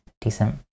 decent